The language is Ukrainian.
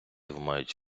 мають